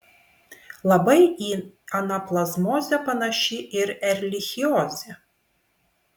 labai į anaplazmozę panaši ir erlichiozė